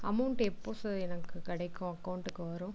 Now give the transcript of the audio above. amount எப்போது sir எனக்கு கிடைக்கும் அக்கவுண்டுக்கு வரும்